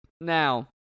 Now